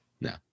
No